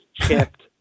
chipped